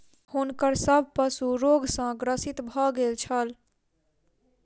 हुनकर सभ पशु रोग सॅ ग्रसित भ गेल छल